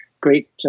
great